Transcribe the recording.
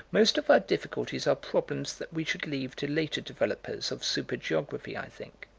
most of our difficulties are problems that we should leave to later developers of super-geography, i think.